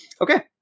Okay